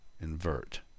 Invert